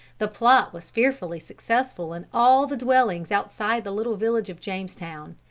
the plot was fearfully successful in all the dwellings outside the little village of jamestown.